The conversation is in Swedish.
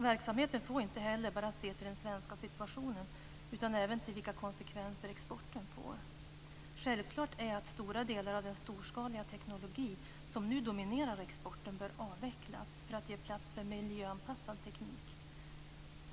Verksamheten får inte heller bara se till den svenska situationen, utan den skall även se till vilka konsekvenser exporten får. Självklart bör stora delar av den storskaliga teknologi som nu dominerar exporten avvecklas för att ge plats för miljöanpassad teknik.